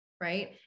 Right